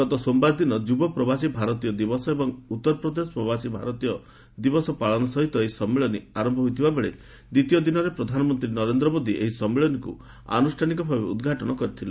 ଗତ ସୋମବାର ଦିନ ଯୁବ ପ୍ରବାସୀ ଭାରତୀୟ ଦିବସ ଏବଂ ଉତ୍ତରପ୍ରଦେଶ ପ୍ରବାସୀ ଭାରତୀୟ ଦିବସ ପାଳନ ସହିତ ଏହି ସମ୍ମିଳନୀ ଆରମ୍ଭ ହୋଇଥିବା ବେଳେ ଦ୍ୱିତୀୟ ଦିନରେ ପ୍ରଧାନମନ୍ତ୍ରୀ ନରେନ୍ଦ୍ର ମୋଦି ଏହି ସମ୍ମିଳନୀକୁ ଆନୁଷ୍ଠାନିକ ଭାବେ ଉଦ୍ଘାଟନ କରିଥିଲେ